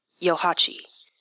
Yohachi